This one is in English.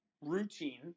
routine